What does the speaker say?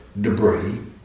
debris